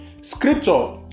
Scripture